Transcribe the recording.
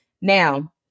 Now